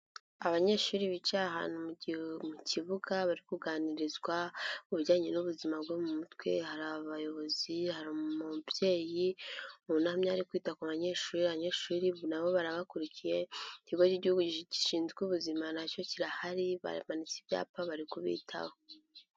Abanyeshuri bicaye ahantu mu kibuga, bari kuganirizwa ku bijyanye n'ubuzima bwo mu mutwe, hari abayobozi, hari umubyeyi wunamye ari kwita ku banyeshuri, abanyeshuri na bo barabakurikiye, ikigo cy'igihugu gishinzwe ubuzima na cyo kirahari, bamanitse ibyapa bari kubitaho.